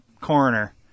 coroner